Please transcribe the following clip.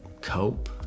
cope